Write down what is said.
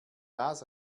das